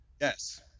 yes